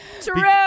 True